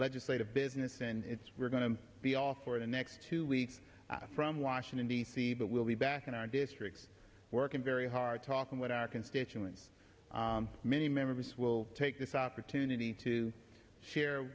legislative business and it's we're going to be all for the next two weeks from washington d c but we'll be back in our districts working very hard talking with our constituents many members will take this opportunity to share